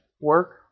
work